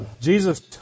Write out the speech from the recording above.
Jesus